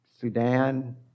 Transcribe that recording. Sudan